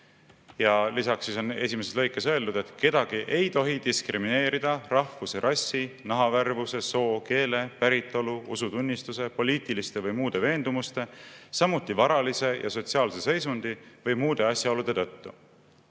ja lisaks on esimeses lõigus öeldud, et kedagi ei tohi diskrimineerida rahvuse, rassi, nahavärvuse, soo, keele, päritolu, usutunnistuse, poliitiliste või muude veendumuste, samuti varalise ja sotsiaalse seisundi või muude asjaolude tõttu.